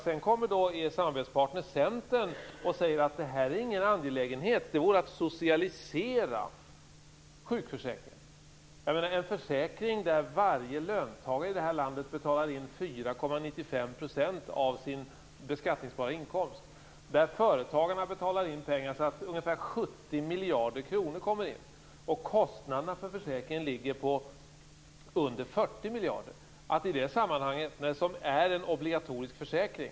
Sedan kommer nämligen er samarbetspartner Centern och säger att det här inte är någon angelägenhet; det vore att socialisera sjukförsäkringen. Det här är en försäkring där varje löntagare i landet betalar in 4,95 % av sin beskattningsbara inkomst, där företagarna betalar in ungefär 70 miljarder kronor och där kostnaderna för försäkringen ligger under 40 miljarder. Dessutom är det en obligatorisk försäkring.